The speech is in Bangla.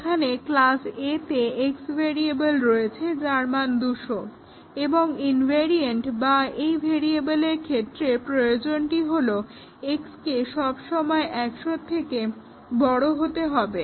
এখানে ক্লাস A তে X ভেরিয়েবল রয়েছে যার মান 200 এবং ইনভেরিয়েন্ট বা এই ভেরিয়েবলের ক্ষেত্রে প্রয়োজনটি হলো x কে সব সময় 100 র থেকে বড় হতে হবে